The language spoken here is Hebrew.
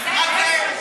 שאלה מעולה.